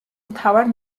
მთავარ